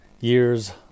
years